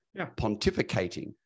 pontificating